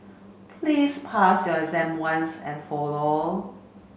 please pass your exam once and for all